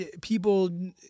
people